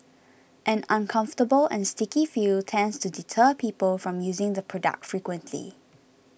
an uncomfortable and sticky feel tends to deter people from using the product frequently